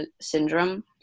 syndrome